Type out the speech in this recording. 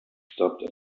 stopped